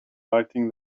lighting